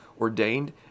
ordained